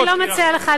אני לא מציעה לך,